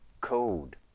code